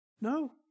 No